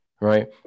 right